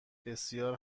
بسیار